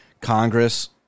Congress